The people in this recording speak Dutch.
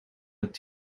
het